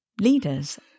leaders